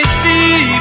see